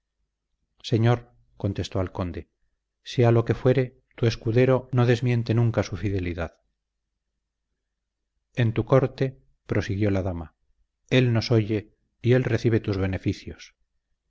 señor contestó al conde sea lo que fuere tu escudero no desmiente nunca su fidelidad en tu corte prosiguió la dama él nos oye y él recibe tus beneficios